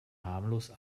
harmlos